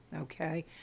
okay